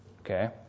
okay